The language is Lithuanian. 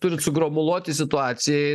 turit sugromuluoti situaciją